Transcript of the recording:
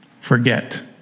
Forget